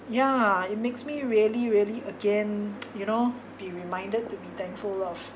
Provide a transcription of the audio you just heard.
yeah it makes me really really again you know be reminded to be thankful of